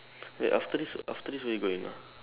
wait after this after this where you going ah